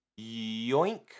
yoink